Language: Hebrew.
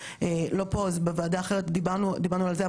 אמרנו תביאו לנו את השמות אנחנו נדבר איתם,